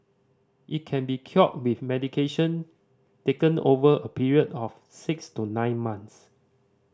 it can be cured with medication taken over a period of six to nine months